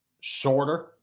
shorter